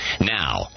now